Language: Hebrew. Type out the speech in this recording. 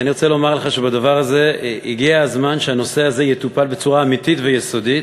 אני רוצה לומר לך שהגיע הזמן שהנושא הזה יטופל בצורה אמיתית ויסודית.